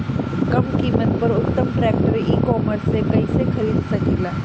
कम कीमत पर उत्तम ट्रैक्टर ई कॉमर्स से कइसे खरीद सकिले?